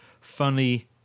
funny